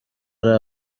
ari